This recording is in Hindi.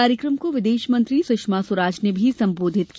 कार्यक्रम को विदेश मंत्री सुषमा स्वराज ने भी संबोधित किया